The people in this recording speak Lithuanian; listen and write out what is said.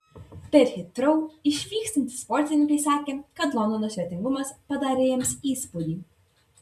per hitrou išvykstantys sportininkai sakė kad londono svetingumas padarė jiems įspūdį